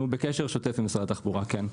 אנחנו בקשר שוטף עם משרד התחבורה, כן.